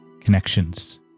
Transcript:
connections